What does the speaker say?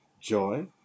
joy